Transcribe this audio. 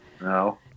no